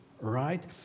right